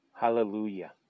Hallelujah